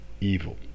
evil